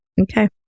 Okay